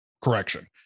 correction